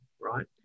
right